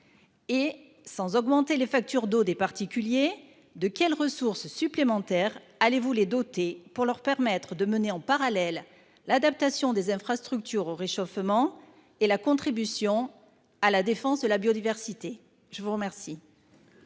? Sans augmenter les factures d'eau des particuliers, de quelles ressources supplémentaires allez-vous les doter pour leur permettre de mener en parallèle l'adaptation des infrastructures au réchauffement et la contribution à la défense de la biodiversité ? La parole